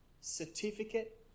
Certificate